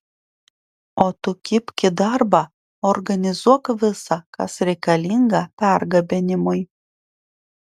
o tu kibk į darbą organizuok visa kas reikalinga pergabenimui